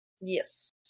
Yes